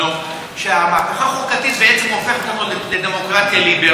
שהמהפכה החוקתית בעצם הופכת אותנו לדמוקרטיה ליברלית,